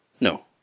No